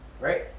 Right